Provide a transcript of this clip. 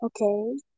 Okay